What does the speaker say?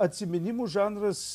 atsiminimų žanras